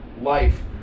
life